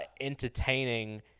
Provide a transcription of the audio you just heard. entertaining